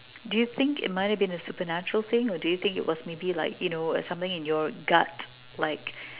do you think it might have been a supernatural thing or do you think it was maybe like you know something in your gut like